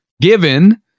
given